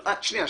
שנייה.